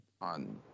On